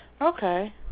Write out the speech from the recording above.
Okay